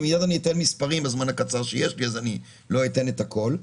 מיד אציג מספרים אולם בזמן הקצר שיש לי לא אציג את הכול.